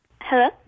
Hello